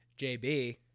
JB